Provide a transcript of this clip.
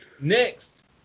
Next